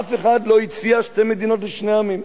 אף אחד לא הציע שתי מדינות לשני עמים.